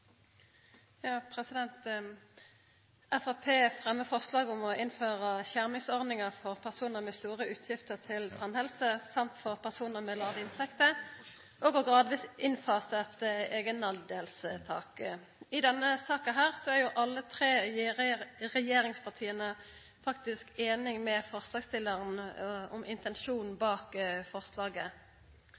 forslag om å innføra skjermingsordningar for personar med store utgifter til tannhelse og for personar med låge inntekter – og gradvis å fasa inn eit eigendelstak. I denne saka er alle tre regjeringspartia einige med forslagsstillarane når det gjeld intensjonen bak forslaget.